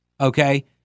okay